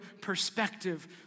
perspective